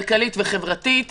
כלכלית וחברתית כמעט,